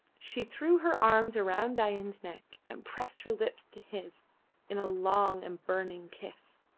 she threw her arms around dain's neck and pressed her lips to his in a long and burning kiss.